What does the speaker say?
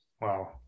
Wow